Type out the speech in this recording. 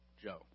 Joe